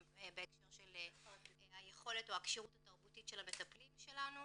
בהקשר של היכולת או הכשירות התרבותית של המטפלים שלנו,